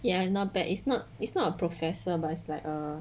ya not bad it's not it's not a professor but it's like a